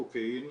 קוקאין,